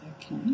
Okay